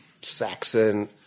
Saxon